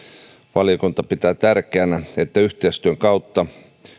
valiokunta pitää tärkeänä että yhteistyön kautta